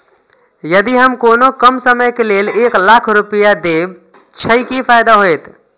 यदि हम कोनो कम समय के लेल एक लाख रुपए देब छै कि फायदा होयत?